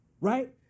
right